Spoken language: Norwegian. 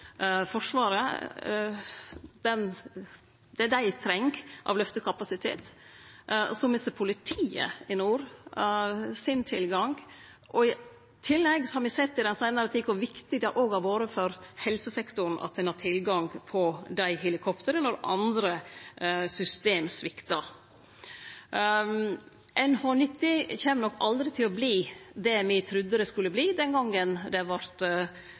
Forsvaret det dei treng av løftekapasitet, og politiet i nord mister sin tilgang. I tillegg har me i den seinare tida sett kor viktig det er for helsesektoren å ha tilgang til dei helikoptra når andre system sviktar. NH90 kjem nok aldri til å verte det me trudde dei skulle verte den gongen det vart